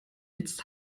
jetzt